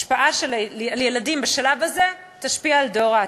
השפעה על ילדים בשלב הזה תשפיע על דור העתיד.